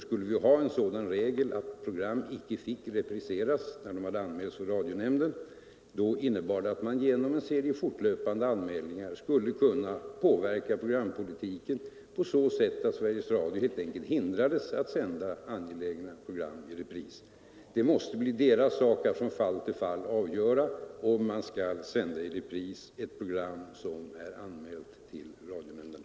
Skulle vi ha en sådan regel att program icke fick repriseras när det hade anmälts hos radionämnden, skulle det innebära att man genom en serie fortlöpande anmälningar kunde påverka programpolitiken på så sätt att Sveriges Radio helt enkelt hindrades att sända angelägna program i repris. Det måste bli Sveriges Radios sak att från fall till fall avgöra om man skall sända i repris ett program som är anmält till radionämnden.